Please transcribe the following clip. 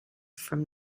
from